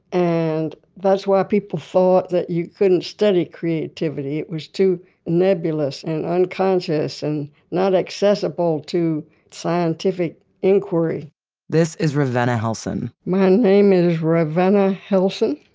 and that's but why people thought that you couldn't study creativity. was too nebulous and unconscious and not accessible to scientific inquiry this is ravenna helson my name is ravenna helson.